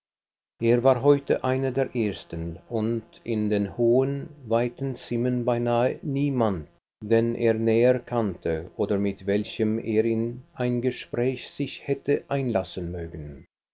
er war heute einer der ersten und in den hohen weiten zimmern beinahe niemand den er näher kannte oder mit welchem er in ein gespräch sich hätte einlassen mögen